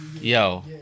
yo